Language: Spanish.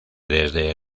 desde